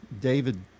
David